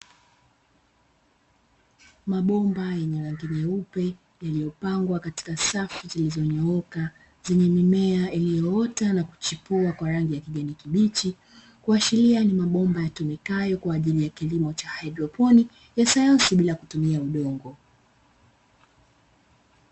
Mabomba yenye rangi nyeupe yaliyopangwa katika safu zilizonyooka, zenye mimea ilioyoota na kuchipua kwa rangi ya kijani kibichi. Kuashiria ni mabomba yatumikayo kwa ajili ya kilimo cha haidroponi ya sayansi bila kutumia udongo.